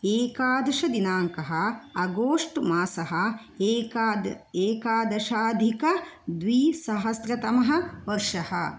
एकादशदिनाङ्कः आगस्ट् मासः एकाद एकादशाधिकद्विसहस्रतमः वर्षः